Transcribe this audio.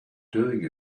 doing